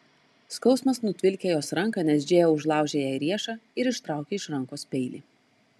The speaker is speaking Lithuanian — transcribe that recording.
skausmas nutvilkė jos ranką nes džėja užlaužė jai riešą ir ištraukė iš rankos peilį